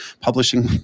publishing